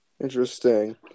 Interesting